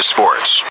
Sports